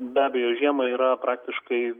be abejo žiemą yra praktiškai